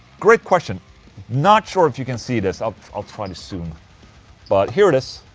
great question not sure if you can see this, i'll i'll try to zoom but here it is.